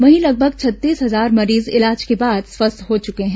वहीं लगभग छत्तीस हजार मरीज इलाज के बाद स्वस्थ हो चुके हैं